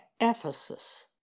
Ephesus